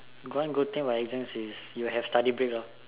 one good thing about exams is you will have study break lor